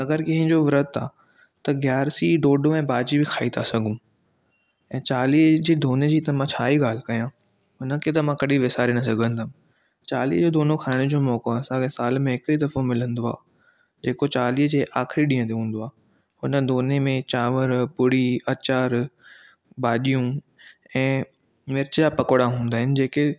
अगरि कंहिंजो वृत आहे त गियारसी ढोढो ऐं भाजी बि खाइ था सघूं ऐं चालीहें जे दोने जी त मां छा ही ॻाल्हि कयां हुन खे त मां कॾी विसारे न सघंदुमि चालीहें जो दोनो खाइण जो मौक़ो असां खे साल में हिकु ई दफ़ो मिलंदो आहे जेको चालीहें जे आख़िरी ॾींहं ते हूंदो आहे हुन दोने में चांवर पुड़ी अचार भाॼियूं ऐं मिर्च जा पकोड़ा हूंदा आहिनि जेके